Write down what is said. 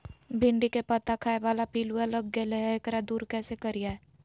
भिंडी के पत्ता खाए बाला पिलुवा लग गेलै हैं, एकरा दूर कैसे करियय?